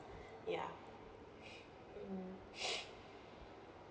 ya mm